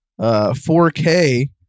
4K